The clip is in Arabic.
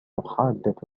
حادة